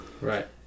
Right